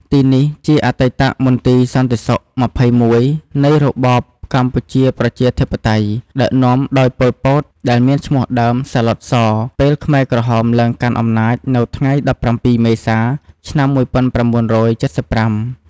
ទីនេះជាអតីតមន្ទីរសន្ដិសុខ២១ នៃរបបកម្ពុជាប្រជាធិបតេយ្យ ដឹកនាំដោយប៉ុល ពត ដែលមាន ឈ្មោះដើម សាទ្បុត ស ពេលខ្មែរក្រហមឡើងកាន់អំណាចនៅថ្ងៃ១៧ មេសា ឆ្នាំ១៩៧៥។